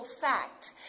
fact